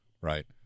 right